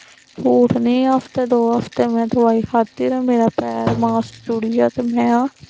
हफ्ते दो हफ्ते में दोआई खादी ते मेरा पैर मास जुड़ी गेआ ते में